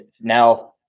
now